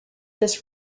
this